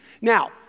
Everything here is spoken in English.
Now